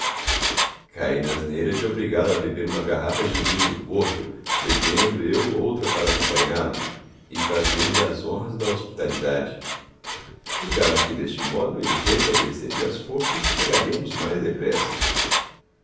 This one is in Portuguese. caí na asneira de obrigá lo a beber uma garrafa de vinho do porto bebendo eu outra para acompanhá-lo e fazer-lhe as honras da hospitalidade julgava que deste modo ele restabeleceria as forças e chegaríamos mais depressa